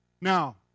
Now